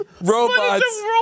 robots